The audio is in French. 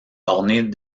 ornées